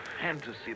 fantasy